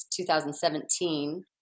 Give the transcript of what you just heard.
2017